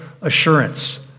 assurance